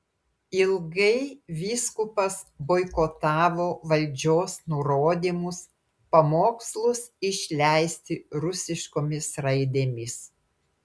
ilgai vyskupas boikotavo valdžios nurodymus pamokslus išleisti rusiškomis raidėmis